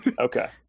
Okay